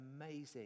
amazing